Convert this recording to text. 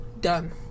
done